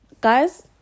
Guys